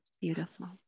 beautiful